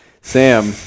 Sam